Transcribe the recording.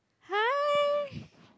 hi